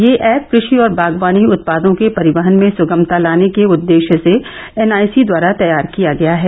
यह ऐप कृषि और बागवानी उत्पादों के परिवहन में सुगमता लाने के उद्देश्य से एन आई सी द्वारा तैयार किया गया है